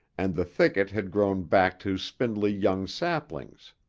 and the thicket had grown back to spindly young saplings.